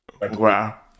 Wow